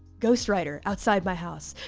ghost writer outside my house,